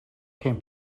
came